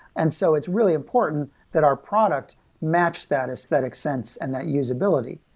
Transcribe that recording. and so it's really important that our product matches that aesthetic sense and that usability.